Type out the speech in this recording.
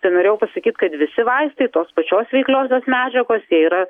tenorėjau pasakyt kad visi vaistai tos pačios veikliosios medžiagos jie yra